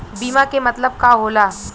बीमा के मतलब का होला?